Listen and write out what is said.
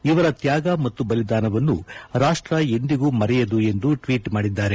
ಇವರ ತ್ಯಾಗ ಮತ್ತು ಬಲಿದಾನವನ್ನು ರಾಷ್ವ ಎಂದಿಗೂ ಮರೆಯದು ಎಂದು ಟ್ವೀಟ್ ಮಾಡಿದ್ದಾರೆ